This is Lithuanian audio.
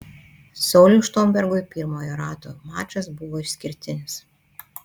sauliui štombergui pirmojo rato mačas buvo išskirtinis